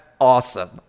awesome